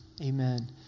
amen